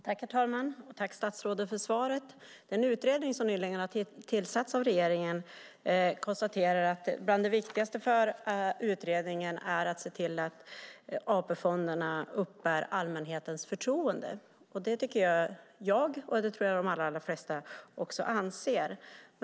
Herr talman! Tack, statsrådet, för svaret! Den utredning som nyligen har tillsatts av regeringen konstaterar att bland det viktigaste för utredningen är att se till att AP-fonderna uppbär allmänhetens förtroende. Det tycker även jag, och det tror jag att de allra flesta anser.